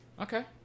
Okay